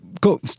Go